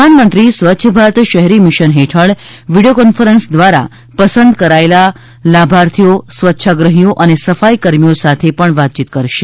પ્રધાનમંત્રી સ્વચ્છ ભારત શહેરી મિશન હેઠળ વિડીયો કોન્ફરન્સ દ્વારા પસંદ કરેલા લાભાર્થીઓ સ્વચ્છાગ્રહીઓ અને સફાઇકાર્મીઓ સાથે પણ વાતચીત કરશે